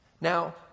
Now